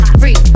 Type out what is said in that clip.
free